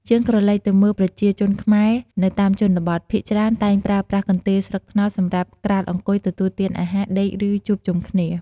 យើងក្រឡេកទៅមើល ប្រជាជនខ្មែរនៅតាមជនបទ ភាគច្រើនតែងប្រើប្រាស់កន្ទេលស្លឹកត្នោតសម្រាប់ក្រាលអង្គុយ ទទួលទានអាហារ ដេក ឬជួបជុំគ្នា។